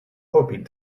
hoping